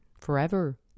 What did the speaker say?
forever